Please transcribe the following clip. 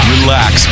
Relax